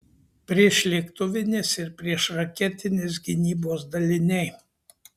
priešlėktuvinės ir priešraketinės gynybos daliniai